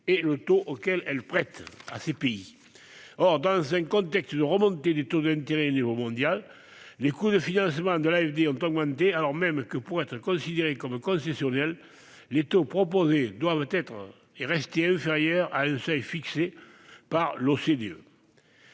et le taux auquel elle prête à ces pays. Or, dans le contexte de remontée des taux d'intérêt mondiaux, les coûts de financement de l'AFD ont augmenté, alors même que, pour être considérés comme concessionnels, les taux proposés doivent rester inférieurs à un seuil fixé par l'OCDE.